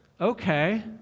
okay